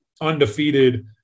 undefeated